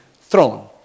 throne